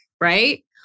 right